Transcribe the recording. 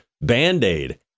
Band-Aid